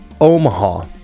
Omaha